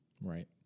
Right